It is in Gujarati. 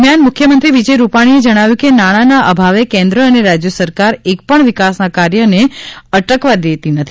દરમિયાન મુખ્યમંત્રી વિજય રૂપાણીએ જણાવ્યું કે નાણાંના અભાવે કેન્દ્ર અને રાજ્ય સરકાર એકપણ વિકાસના કાર્યોને અટકવા દેતી નથી